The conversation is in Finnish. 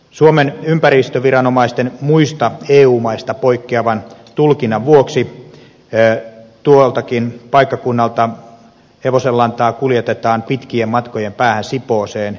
suomen ympäristöviranomaisten muista eu maista poikkeavan tulkinnan vuoksi tuoltakin paikkakunnalta hevosenlantaa kuljetetaan pitkien matkojen päähän sipooseen kompostoitavaksi